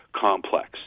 complex